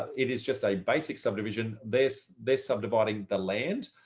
it is just a basic subdivision. this this subdividing the land,